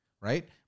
right